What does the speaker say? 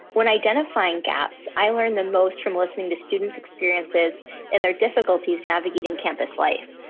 when identifying gaps, i learn the most from listening to students' experiences and their difficulties navigating campus life.